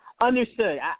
understood